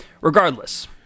regardless